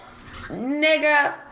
nigga